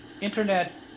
Internet